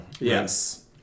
Yes